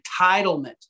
entitlement